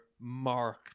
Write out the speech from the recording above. mark